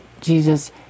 Jesus